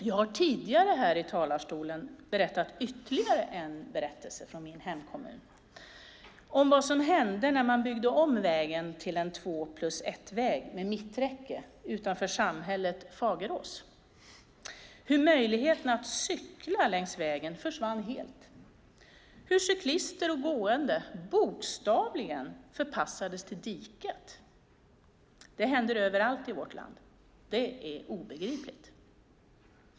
Jag har tidigare här i talarstolen berättat ytterligare en historia från min hemkommun, om vad som hände när man byggde om vägen till en två-plus-ett-väg med mitträcke utanför samhället Fagerås. Möjligheten att cykla längs vägen försvann helt, och cyklister och gående förpassades bokstavligen till diket. Detta händer överallt i vårt land. Det är obegripligt!